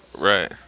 right